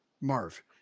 Marv